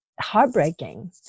heartbreaking